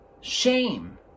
shame